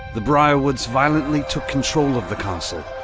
the briarwoods violently took control of the castle,